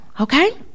Okay